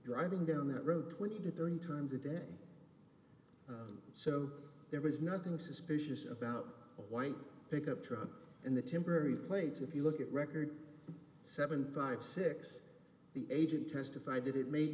driving down that road twenty to thirty times a day so there is nothing suspicious about a white pickup truck and the temporary plates if you look at record seven five six the agent testified that it made